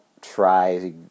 try